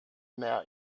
mehr